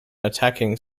attacking